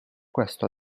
questo